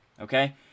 okay